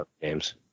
games